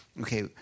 okay